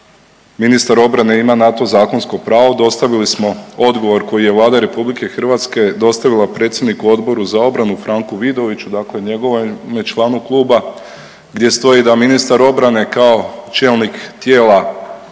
ministar obrane ima na to zakonsko pravo, dostavili smo odgovor koji je Vlada RH dostavila predsjedniku Odboru za obranu Franku Vidoviću, dakle njegovome članu kluba gdje stoji da ministar obrane kao čelnik tijela